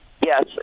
Yes